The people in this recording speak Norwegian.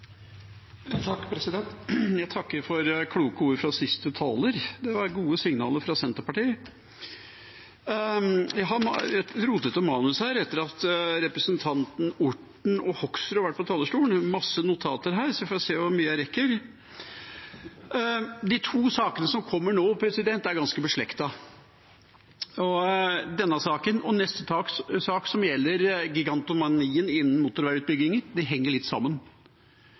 Det var gode signaler fra Senterpartiet. Jeg har et rotete manus etter at representantene Orten og Hoksrud har vært på talerstolen – det er masse notater her, så får jeg se hvor mye jeg rekker. De to sakene som kommer nå – denne saken og neste sak – er ganske beslektet og gjelder gigantomanien innen motorveiutbyggingen. De henger litt sammen.